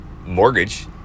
mortgage